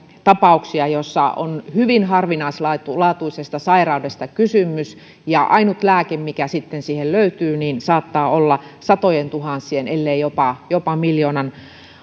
tapauksia joissa on hyvin harvinaislaatuisesta sairaudesta kysymys ja ainut lääke mikä sitten siihen löytyy saattaa olla satojentuhansien ellei jopa jopa miljoonan